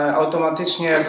automatycznie